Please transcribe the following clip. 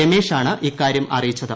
രമേഷാണ് ഇക്കാര്യം അറിയിച്ചത്